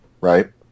right